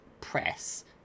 Press